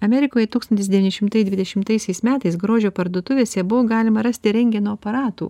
amerikoje tūkstantis devyni šimtai dvidešimtaisiais metais grožio parduotuvėse buvo galima rasti rentgeno aparatų